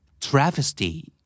Travesty